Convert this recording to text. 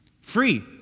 Free